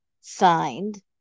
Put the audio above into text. signed